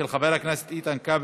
של חבר הכנסת איתן כבל